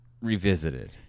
revisited